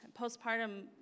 postpartum